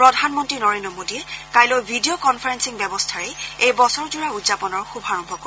প্ৰধানমন্ত্ৰী নৰেন্দ্ৰ মোদীয়ে কাইলৈ ভিডিঅ' কনফাৰেসিং ব্যৱস্থাৰে এই বছৰজোৰা উদযাপনৰ শুভাৰম্ভ কৰিব